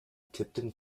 tipton